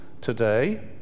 today